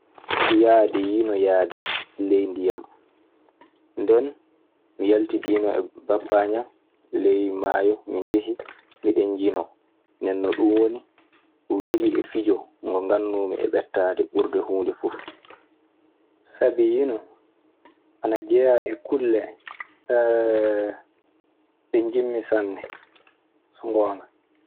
Yaade yiinoyaade ley ndiyam. Nden mi yaltidiino e bappa ŋan ley maayo min njehi. Miɗen njino ndennon ɗun woni ko weli e fijo ngo ngaɗnoo mi e mettaade huunde fof. Sabi yino ana jeyaa e kulle ɗe njimmi sanne, so ngoonga.